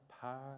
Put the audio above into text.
power